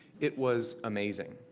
it was amazing.